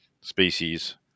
species